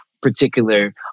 Particular